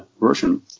version